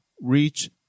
reach